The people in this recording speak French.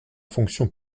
fonction